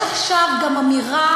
הלוא יש עכשיו גם אמירה,